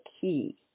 key